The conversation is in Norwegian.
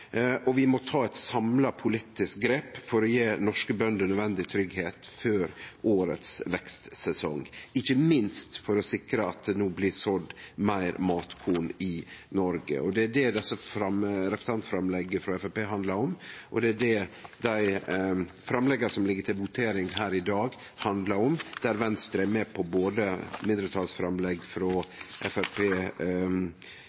og vi må ta eit samla politisk grep for å gje norske bønder nødvendig tryggleik før årets vekstsesong – ikkje minst for å sikre at det no blir sådd meir matkorn i Noreg. Det er det dette representantframlegget frå Framstegspartiet handlar om, og det er det dei framlegga som ligg til votering her i dag, handlar om, der Venstre er med på mindretalsframlegg,